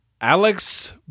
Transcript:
alex